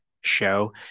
show